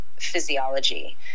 physiology